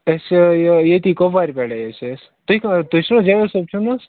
أسۍ آے ییٚتی کۄپوارِ پیٹھٕے أسۍ ٲسۍ تُہۍ کٕم تُہۍ چھِو حظ جاوید صٲب چھِو نہ حظ